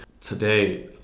today